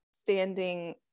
standing